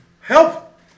Help